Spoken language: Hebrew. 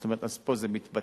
זאת אומרת, פה זה מתבטל.